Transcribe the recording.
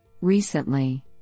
Recently